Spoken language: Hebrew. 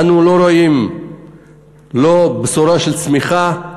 אנו לא רואים לא בשורה של צמיחה,